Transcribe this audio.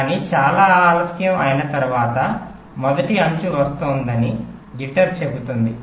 కానీ చాలా ఆలస్యం అయిన తరువాత మొదటి అంచు వస్తోందని జిట్టర్ చెపుతుంది